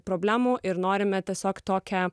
problemų ir norime tiesiog tokią